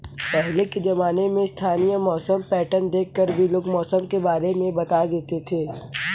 पहले के ज़माने में स्थानीय मौसम पैटर्न देख कर भी लोग मौसम के बारे में बता देते थे